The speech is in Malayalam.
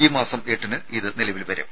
ഈ മാസം എട്ടിന് ഇത് നിലവിൽ വരും